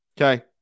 Okay